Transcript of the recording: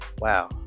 Wow